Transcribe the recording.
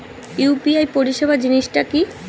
UPI পরিসেবা জিনিসটা কি?